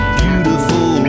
beautiful